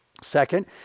Second